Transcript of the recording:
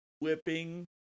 whipping